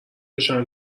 بشن